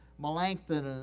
Melanchthon